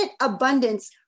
abundance